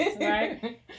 Right